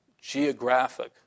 geographic